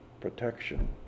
protection